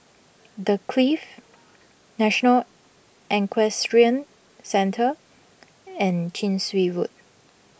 the Clift National Equestrian Centre and Chin Swee Road